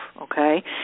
okay